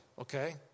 okay